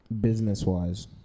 business-wise